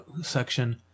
section